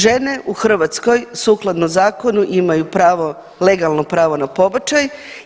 Žene u Hrvatskoj sukladno zakonu imaju pravo, legalno pravo na pobačaj.